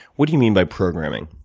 what do you mean by programming?